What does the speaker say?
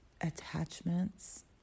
attachments